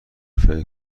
فکر